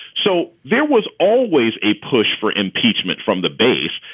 so there was always a push for impeachment from the base.